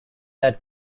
that